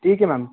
ठीक है मैम